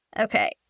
Okay